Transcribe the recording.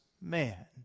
man